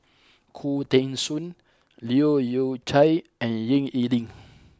Khoo Teng Soon Leu Yew Chye and Ying E Ding